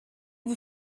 dit